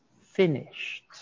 finished